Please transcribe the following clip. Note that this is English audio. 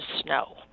snow